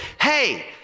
hey